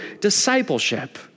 discipleship